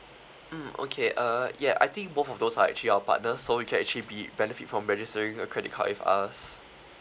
mm okay uh ya I think both of those are actually our partner so you can actually be benefit from registering a credit card with us